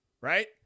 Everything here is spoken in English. right